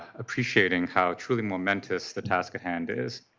appreciating how truly momentous the task at hand is.